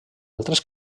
altres